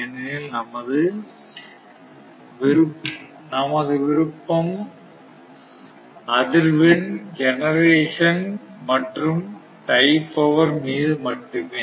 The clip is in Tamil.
ஏனெனில் நமது விருப்பம் அதிர்வெண் ஜெனரேசன் மற்றும் டை பவர் மீது மட்டுமே